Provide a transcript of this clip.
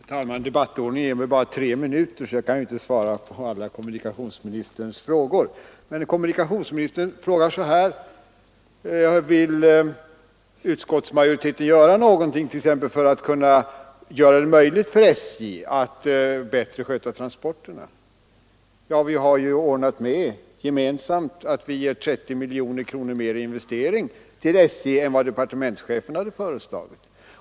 Herr talman! Debattordningen ger mig bara tre minuter, så jag kan inte svara på alla kommunikationsministerns frågor. Kommunikationsministern frågar bl.a. så här: Vill utskottsmajoriteten göra någonting t.ex. för att SJ bättre skall kunna sköta transporterna? Ja, vi har ju gemensamt ordnat så att det blir 30 miljoner mer i investering för SJ än vad departementschefen hade föreslagit.